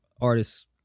artists